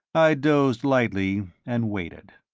i dozed lightly and waited.